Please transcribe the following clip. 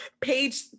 page